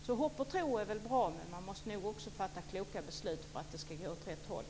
Så hopp och tro är väl bra men man måste nog också fatta kloka beslut för att det ska gå åt rätt håll.